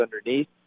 underneath